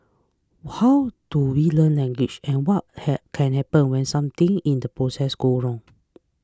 how do we learn language and what ha can happen when something in the process goes wrong